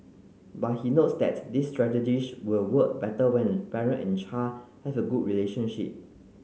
but he notes that these strategies will work better when a parent and child have a good relationship